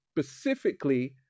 specifically